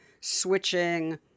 switching